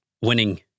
winning